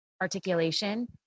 articulation